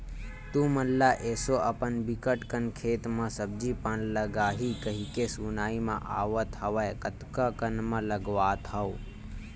तुमन ल एसो अपन बिकट कन खेत म सब्जी पान लगाही कहिके सुनाई म आवत हवय कतका कन म लगावत हव?